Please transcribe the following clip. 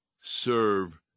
serve